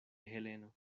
heleno